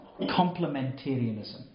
complementarianism